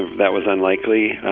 that was unlike ly,